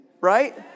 right